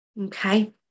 Okay